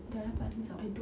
dah dapat results